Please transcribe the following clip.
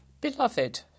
Beloved